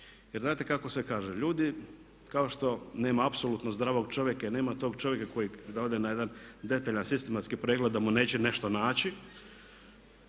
Jer znate kako se kaže, ljudi kao što nema apsolutno zdravog čovjeka i nema tog čovjeka koji da ode na jedan detaljan sistematski pregled da mu neće nešto naći